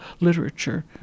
literature